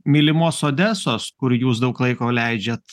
mylimos odesos kur jūs daug laiko leidžiat